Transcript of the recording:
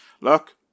Look